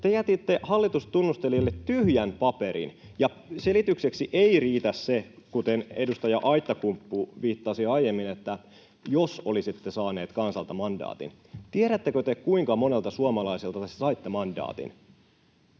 Te jätitte hallitustunnustelijalle tyhjän paperin, ja selitykseksi ei riitä se, kuten edustaja Aittakumpu viittasi aiemmin, että jos olisitte saaneet kansalta mandaatin. Tiedättekö te, kuinka monelta suomalaiselta te saitte mandaatin?